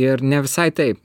ir ne visai tai